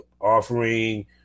offering